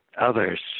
others –